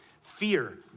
fear